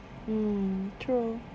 mm true